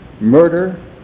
murder